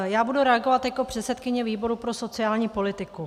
Já budu reagovat jako předsedkyně výboru pro sociální politiku.